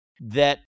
That-